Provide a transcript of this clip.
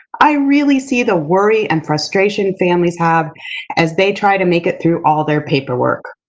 i really see the worry and frustration families have as they try to make it through all their paperwork.